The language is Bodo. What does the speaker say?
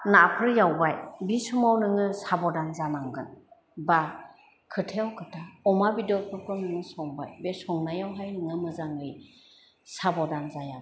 नाफोर एवबाय बि समाव नोङो साबधान जानांगोन बा खोथायाव खोथा अमा बेददफोरखौ नोङो संबाय बे संनायावहाय नोङो मोजाङै साबधान जायाब्ला